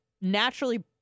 naturally